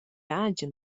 agen